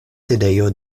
sidejo